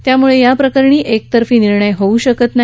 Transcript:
त्यामुळे याप्रकरणी एकतर्फी निर्णय होऊ शकत नाही